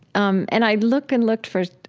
um, and i looked and looked for, ah,